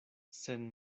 sen